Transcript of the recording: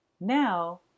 Now